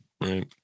right